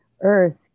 earth